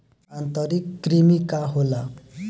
आंतरिक कृमि का होला?